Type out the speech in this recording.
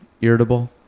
irritable